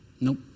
Nope